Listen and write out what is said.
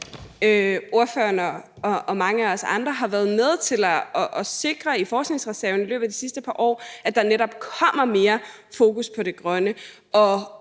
ordføreren og mange af os andre har været med til at sikre i forskningsreserven i løbet af de sidste par år, altså at der netop kommer mere fokus på det grønne.